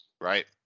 Right